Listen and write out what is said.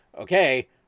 okay